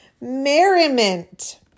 merriment